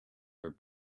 are